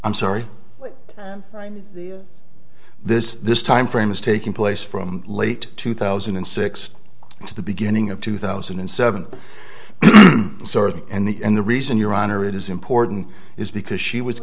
i'm sorry this this timeframe is taking place from late two thousand and six to the beginning of two thousand and seven and the and the reason your honor it is important is because she was